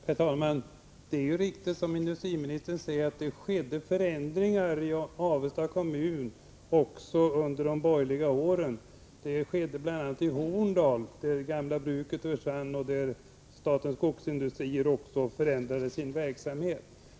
Herr talman! Det är riktigt, som industriministern säger, att det skedde förändringar i Avesta kommun också under de icke-socialistiska regeringsåren, bl.a. i Horndal, där det gamla bruket försvann och där statens skogsindustrier förändrade sin verksamhet.